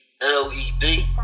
L-E-B